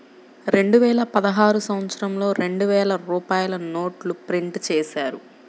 రెండువేల పదహారు సంవత్సరంలో రెండు వేల రూపాయల నోట్లు ప్రింటు చేశారు